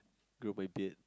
grow my beard